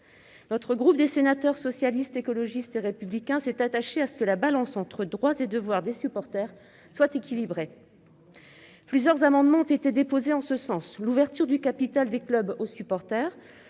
! Le groupe Socialiste, Écologiste et Républicain s'est attaché à ce que la balance entre droits et devoirs des supporters soit équilibrée. Plusieurs amendements ont été déposés en ce sens. Ils visent à l'ouverture du capital des clubs aux supporters,